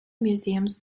museums